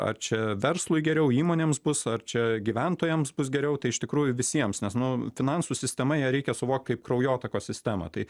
ar čia verslui geriau įmonėms bus ar čia gyventojams bus geriau tai iš tikrųjų visiems nes nu finansų sistema ją reikia suvokt kaip kraujotakos sistemą tai